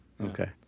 okay